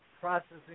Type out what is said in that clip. processing